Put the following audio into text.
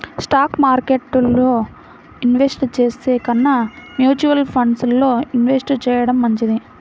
stock మార్కెట్టులో invest చేసే కన్నా మ్యూచువల్ ఫండ్స్ లో ఇన్వెస్ట్ చెయ్యడం మంచిది